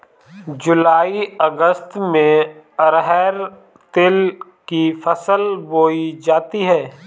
जूलाई अगस्त में अरहर तिल की फसल बोई जाती हैं